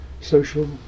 social